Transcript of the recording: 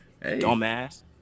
Dumbass